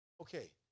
Okay